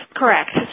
correct